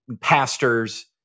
pastors